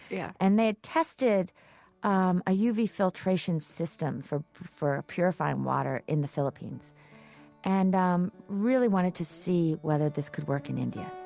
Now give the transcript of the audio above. yeah and they had tested um a uv filtration system for for purifying water in the philippines and um really wanted to see whether this could work in india